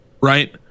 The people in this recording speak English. Right